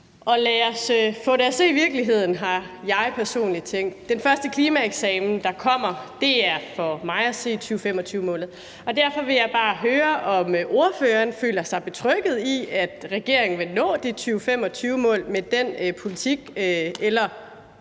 og lad os få det at se i virkeligheden, har jeg personligt tænkt. Den første klimaeksamen, der kommer, er for mig at se 2025-målet. Derfor vil jeg bare høre, om ordføreren føler sig betrygget i, at regeringen vil nå det 2025-mål med den politik, eller